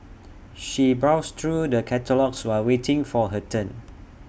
she browsed through the catalogues while waiting for her turn